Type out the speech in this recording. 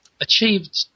Achieved